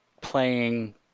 playing